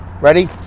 Ready